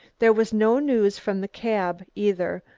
there was no news from the cab either,